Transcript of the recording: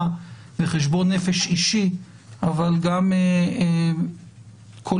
וחשבון נפש אישי אבל גם קולקטיבי,